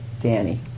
Danny